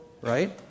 right